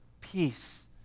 peace